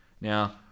Now